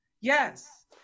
Yes